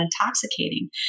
intoxicating